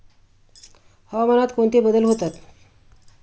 हवामानात कोणते बदल होतात?